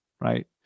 right